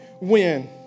win